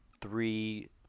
three